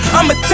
I'ma